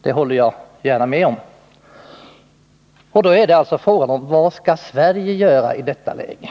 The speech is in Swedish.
Då är alltså frågan: Vad skall Sverige göra i detta Nr 45 läge?